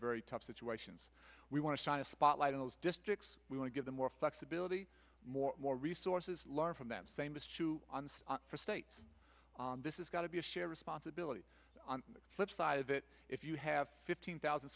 very tough situations we want to shine a spotlight on those districts we want to give them more flexibility more more resources learn from that same issue for state this is got to be a shared responsibility on the flip side of it if you have fifteen thousand